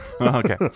okay